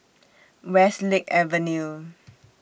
Westlake Avenue